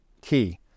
key